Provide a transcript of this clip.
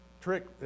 trick